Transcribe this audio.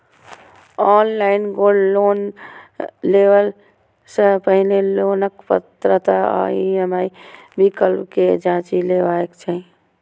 online gold loan लेबय सं पहिने लोनक पात्रता आ ई.एम.आई विकल्प कें जांचि लेबाक चाही